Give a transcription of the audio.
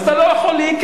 אז אתה לא יכול להיכנס.